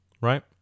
right